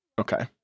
Okay